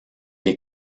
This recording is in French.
est